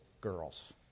girls